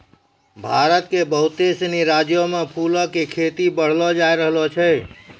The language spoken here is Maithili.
भारत के बहुते सिनी राज्यो मे फूलो के खेती बढ़लो जाय रहलो छै